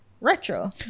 retro